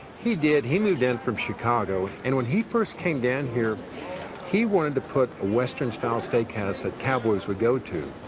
he did, he moved in from chicago and when he first came down here he wanted to put western-style steakhouse that cowboys would go to.